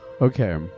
Okay